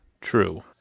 True